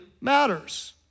matters